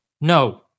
No